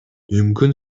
мүмкүн